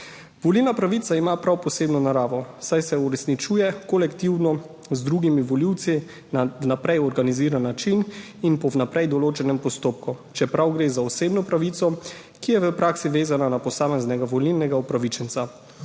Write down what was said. Volilna pravica ima prav posebno naravo, saj se uresničuje kolektivno z drugimi volivci na vnaprej organiziran način in po vnaprej določenem postopku, čeprav gre za osebno pravico, ki je v praksi vezana na posameznega volilnega upravičenca.